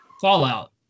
Fallout